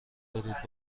دارید